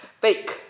fake